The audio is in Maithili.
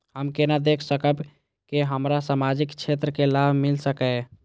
हम केना देख सकब के हमरा सामाजिक क्षेत्र के लाभ मिल सकैये?